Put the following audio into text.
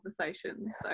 conversations